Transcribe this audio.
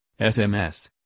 SMS